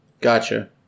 gotcha